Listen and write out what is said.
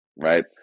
right